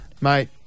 mate